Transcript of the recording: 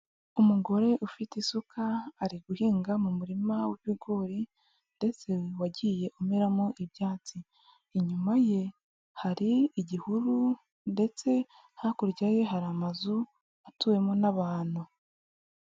Umugore ufite isuka, ari guhinga mu murima w'ibigori, ndetse wagiye umeramo ibyatsi. Inyuma ye hari igihuru, ndetse hakurya ye hari amazu atuwemo n'abantu.